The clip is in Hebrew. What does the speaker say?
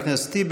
חבר הכנסת טיבי.